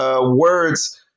words